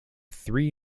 three